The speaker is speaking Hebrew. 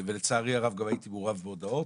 ולצערי הרב גם הייתי מעורב בהודעות,